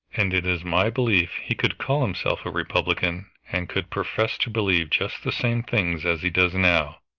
and it is my belief he could call himself a republican, and could profess to believe just the same things as he does now,